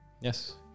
Yes